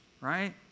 right